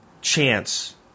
chance